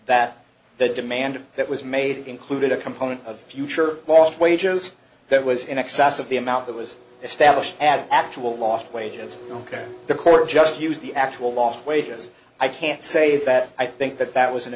that the demand that was made it included a component of future lost wages that was in excess of the amount that was established as actual lost wages ok the court just used the actual lost wages i can't say that i think that that was